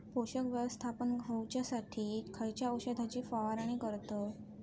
पोषक व्यवस्थापन होऊच्यासाठी खयच्या औषधाची फवारणी करतत?